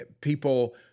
People